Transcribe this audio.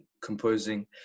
composing